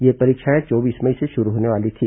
ये परीक्षाएं चौबीस मई से शुरू होने वाली थी